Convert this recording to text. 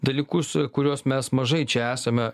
dalykus kuriuos mes mažai čia esame